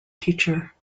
teacher